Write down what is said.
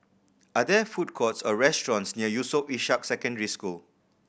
are there food courts or restaurants near Yusof Ishak Secondary School